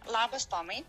labas tomai